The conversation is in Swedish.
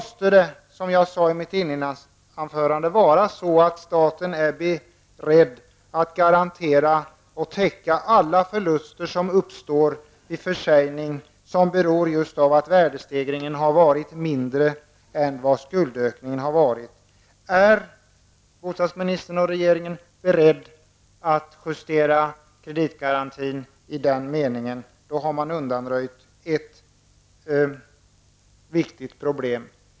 Som jag sade i mitt inledningsanförande förutsätter detta att staten är beredd att garantera och täcka alla förluster som uppstår vid försäljning, förluster som härrör sig från att värdestegringen har varit mindre än skuldökningen. Om bostadsministern och regeringen är beredda att justera kreditgarantin i den meningen, undanröjer man ett stort problem.